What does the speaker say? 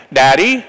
daddy